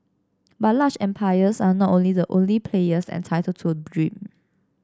but large empires are not only the only players entitled to a dream